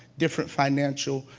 different financial,